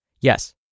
Yes